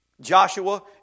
Joshua